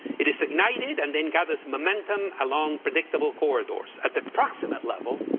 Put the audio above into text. it is ignited and then gathers momentum along predictable corridors. at the approximate level,